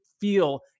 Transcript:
feel